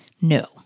no